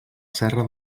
serra